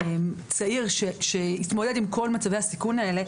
צעיר שהתמודד עם כל מצבי הסיכון האלה,